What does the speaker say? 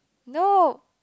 no